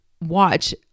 watch